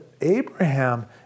Abraham